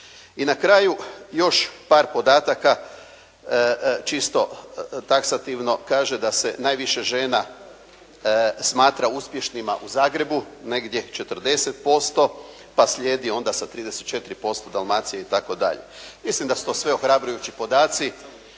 I na kraju, još par podataka, čisto taksativno. Kaže da se najviše žena smatra uspješnima u Zagrebu, negdje 40%, pa slijedi onda sa 34% Dalmacija itd. Mislim da su to sve ohrabrujući podaci